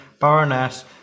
Baroness